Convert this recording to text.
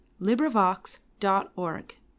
LibriVox.org